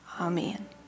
Amen